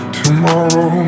tomorrow